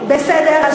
בסדר.